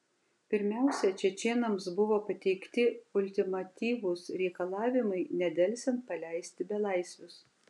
pirmiausia čečėnams buvo pateikti ultimatyvūs reikalavimai nedelsiant paleisti belaisvius